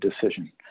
decision